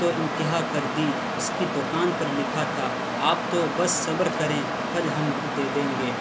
تو انتہا کر دی اس کی دکان پر لکھا تھا آپ تو بس صبر کریں پھل ہم دے دیں گے